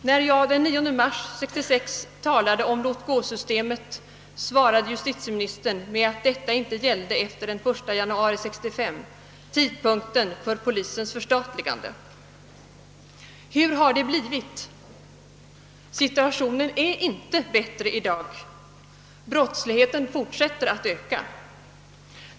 När jag den 9 mars 1966 talade om låt-gå-systemet svarade justitieministern att detta inte gällde efter den 1 januari 1965, tidpunkten för polisens förstatligande. Hur har det blivit? Situationen är inte bättre i dag, brottsligheten fortsätter att öka.